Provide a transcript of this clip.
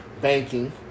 Banking